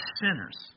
sinners